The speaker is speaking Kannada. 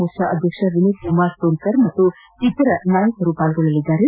ಮೋರ್ಚಾ ಅಧ್ಯಕ್ಷ ವಿನೋದ್ ಕುಮಾರ್ ಸೋನ್ಕರ್ ಹಾಗೂ ಇತರ ನೇತಾರರು ಪಾಲ್ಗೊಳ್ಳಲಿದ್ದಾರೆ